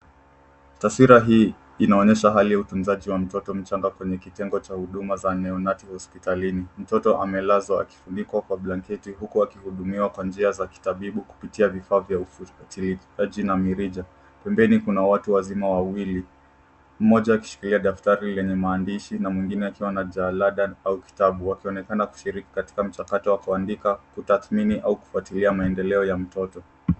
Taswira hii inaonyesha hali ya utunzaji wa mtoto mchanga kwenye kitengi za huduma za zahanati hospitalini. Mtoto amelazwa akifunikwa kwa blanketi huku akihudumiwa kwa njia za kitabibu kupitia vifaa vya ufuatiliaji na mirija. Pembeni kuna watu wazima wawili, mmoja akishikilia daftari lenye maandishi na mwingine akiwa na jalada au kitabu wakionekana kushiriki katika mchakato wa kuandika, kutathmini au kufuatilia maendeleo ya mtoto.